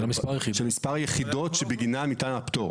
שמספר היחידות שבגינן ניתן הפטור.